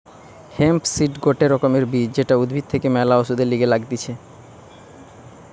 hemp seed গটে রকমের বীজ যেটা উদ্ভিদ থেকে ম্যালা ওষুধের লিগে লাগতিছে